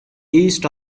east